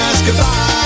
Goodbye